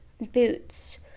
boots